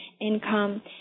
income